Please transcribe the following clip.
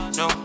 no